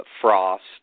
frost